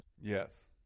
yes